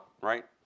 Right